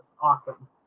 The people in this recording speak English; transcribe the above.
Awesome